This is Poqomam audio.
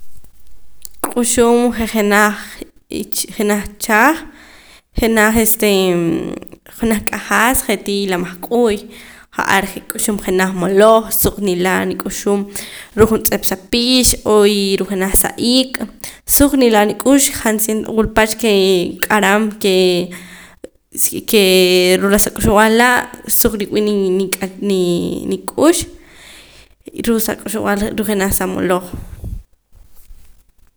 K'uxum je' jenaj ejenaj chaj jenaj este jenaj q'ajas je'tii la mahk'uy ja'ar je' k'uxum jenaj moloj suq nila' nik'uxum ruu' juntz'ip sa pix o y ruu' jenaj sa iik suq nila' nik'ux han si wula pach ke ka'ram ke kee suu' la sa k'uxb'al laa' suq riwii' nik'ar nii nik'ux ruu' sak'uxb'al ruu' jenaj sa maloj